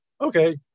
Okay